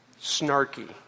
Snarky